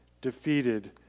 defeated